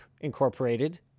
Incorporated